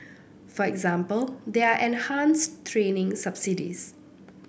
for example there are enhanced training subsidies